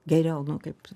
geriau kaip